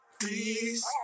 please